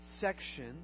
section